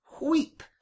weep